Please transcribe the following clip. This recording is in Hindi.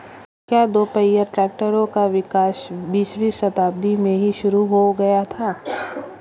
क्या दोपहिया ट्रैक्टरों का विकास बीसवीं शताब्दी में ही शुरु हो गया था?